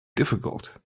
difficult